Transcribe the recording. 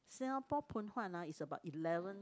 Singapore Phoon Huat ah is about eleven